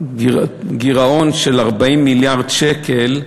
גירעון של 40 מיליארד שקל,